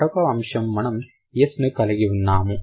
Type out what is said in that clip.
మరొక అంశం మనం న కలిగి ఉన్నాము